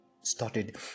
started